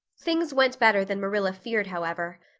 things went better than marilla feared, however.